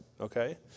Okay